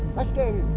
muskan